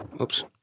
oops